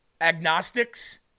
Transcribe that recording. Agnostics